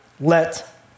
let